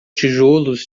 tijolos